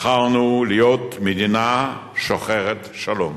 בחרנו להיות מדינה שוחרת שלום,